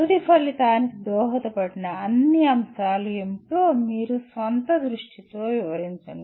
తుది ఫలితానికి దోహదపడిన అన్ని అంశాలు ఏమిటో మీరు మీ స్వంత దృష్టిలో వివరించండి